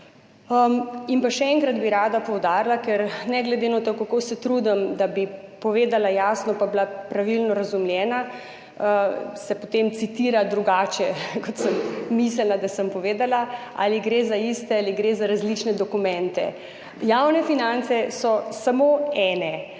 Še enkrat bi rada poudarila, ker ne glede na to, kako se trudim, da bi povedala jasno in bila pravilno razumljena, se potem citira drugače, kot sem mislila, da sem povedala. Ali gre za iste ali gre za različne dokumente? Javne finance so samo ene.